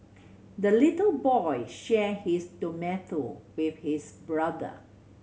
the little boy shared his tomato with his brother